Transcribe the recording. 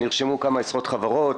נרשמו כמה עשרות חברות,